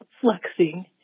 flexing